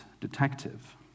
detective